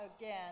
again